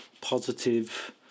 positive